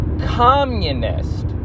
communist